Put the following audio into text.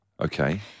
Okay